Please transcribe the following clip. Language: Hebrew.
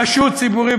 רשות ציבורית,